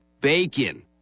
bacon